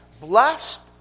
blessed